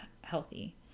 healthy